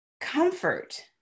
comfort